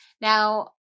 Now